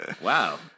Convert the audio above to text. Wow